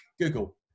Google